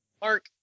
Mark